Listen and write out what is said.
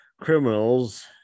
criminals